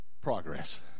progress